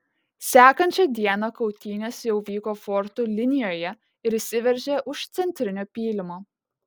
sekančią dieną kautynės jau vyko fortų linijoje ir įsiveržė už centrinio pylimo